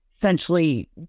essentially